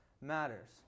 matters